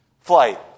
Flight